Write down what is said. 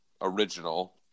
Original